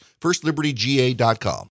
FirstLibertyGA.com